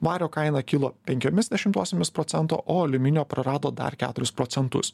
vario kaina kilo penkiomis dešimtosiomis procento o aliuminio prarado dar keturis procentus